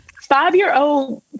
five-year-old